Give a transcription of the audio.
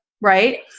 Right